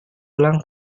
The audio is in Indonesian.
pulang